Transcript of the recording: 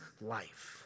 life